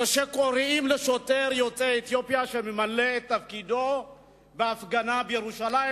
כשקוראים לשוטר יוצא אתיופיה שממלא את תפקידו בהפגנה בירושלים,